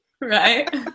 right